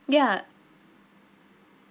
ya